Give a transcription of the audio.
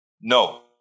No